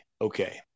okay